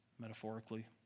metaphorically